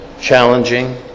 challenging